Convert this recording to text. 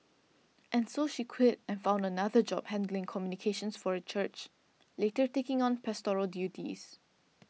and so she quit and found another job handling communications for a church later taking on pastoral duties